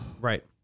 Right